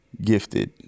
gifted